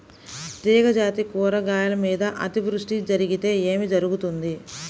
తీగజాతి కూరగాయల మీద అతివృష్టి జరిగితే ఏమి జరుగుతుంది?